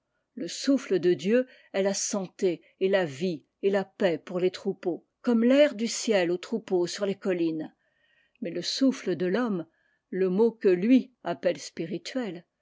le souffle de dieu est la santé et la vie et la paix pour les troupeaux comme l'air du ciel aux troupeaux sur les collines mais le souffle de l'homme le mot que lui appelle spirituel